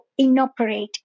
inoperate